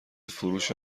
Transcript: فروش